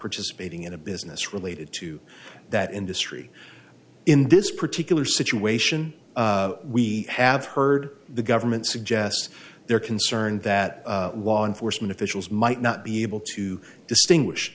participating in a business related to that industry in this particular situation we have heard the government suggests they're concerned that law enforcement officials might not be able to distinguish